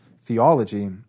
theology